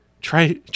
try